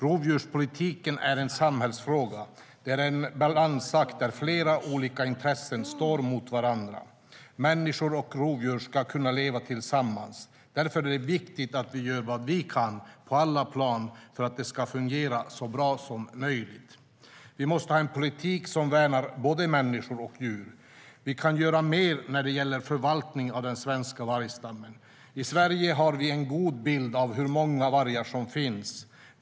Rovdjurspolitik är en samhällsfråga. Det är en balansakt där flera olika intressen står mot varandra. Människor och rovdjur ska kunna leva tillsammans, och därför är det viktigt att vi gör vad vi kan på alla plan för att det ska fungera så bra som möjligt. Vi måste ha en politik som värnar både människa och djur. Vi kan göra mer när det gäller förvaltningen av den svenska vargstammen. I Sverige har vi en god bild av hur många vargar som finns.